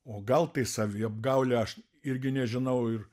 o gal tai saviapgaulė aš irgi nežinau ir